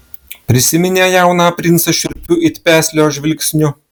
prisiminė jauną princą šiurpiu it peslio žvilgsniu